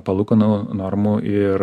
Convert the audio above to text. palūkanų normų ir